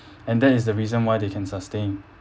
and that is the reason why they can sustain